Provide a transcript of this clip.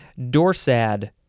dorsad